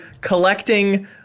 collecting